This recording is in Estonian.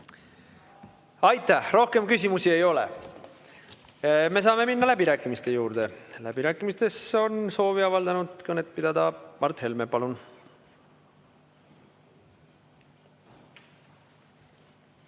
Aitäh! Rohkem küsimusi ei ole. Me saame minna läbirääkimiste juurde. Läbirääkimistel on soovi avaldanud kõnet pidada Mart Helme. Palun!